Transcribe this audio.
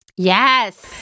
Yes